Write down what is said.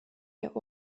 der